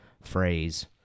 phrase